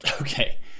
okay